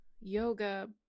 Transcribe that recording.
yoga